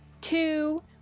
two